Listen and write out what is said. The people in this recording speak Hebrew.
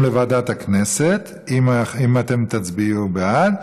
לוועדת הכנסת אם אתם תצביעו בעד,